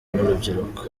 n’urubyiruko